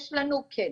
כן.